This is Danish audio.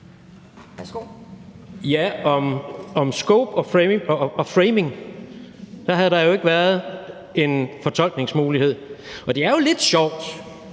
til scope og framing ville der jo ikke have været en fortolkningsmulighed. Det er jo lidt sjovt,